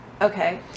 Okay